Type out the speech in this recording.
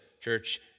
church